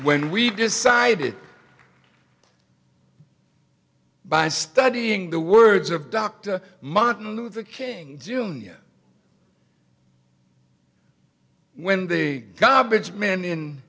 when we decided by studying the words of dr martin luther king jr when the garbage man in